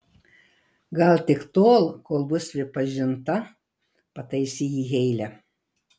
gal tik tol kol bus pripažinta pataisė jį heile